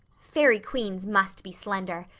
fairy queens must be slender.